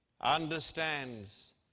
understands